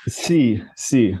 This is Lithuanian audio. si si